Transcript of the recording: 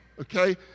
okay